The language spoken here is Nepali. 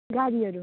गाडीहरू